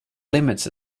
limits